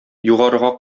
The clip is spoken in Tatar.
югарыга